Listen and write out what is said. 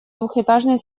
двухэтажный